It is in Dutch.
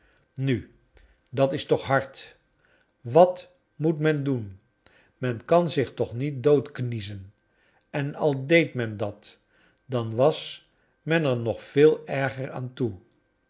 nu dat is toch hard i wat moet men doen men kan zich toch niet dood kniezen en al deed men dat dan was men er nog veel erger aan toe